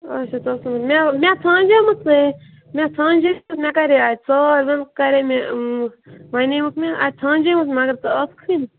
اَچھا مےٚ مےٚ ژھانٛجایکھ مےٚ مےٚ ژھانٛجایکھ مےٚ کرے اَتہِ سارِوٕے کرے مےٚ ونیٛوٗکھ مےٚ اَتہِ ژھانٛجایکھ مےٚ مگر ژٕ ٲسکھٕے نہٕ